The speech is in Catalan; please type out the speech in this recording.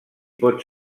pot